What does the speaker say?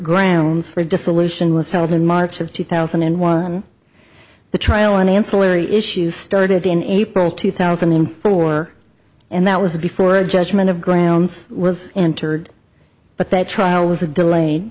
grounds for dissolution was held in march of two thousand and one the trial and ancillary issues started in april two thousand and four and that was before a judgment of grounds was entered but that trial was a delayed